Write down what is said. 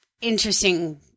interesting